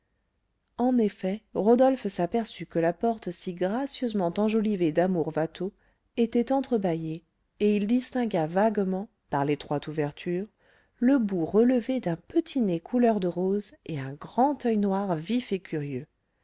en effet rodolphe s'aperçut que la porte si gracieusement enjolivée d'amours watteau était entrebâillée et il distingua vaguement par l'étroite ouverture le bout relevé d'un petit nez couleur de rose et un grand oeil noir vif et curieux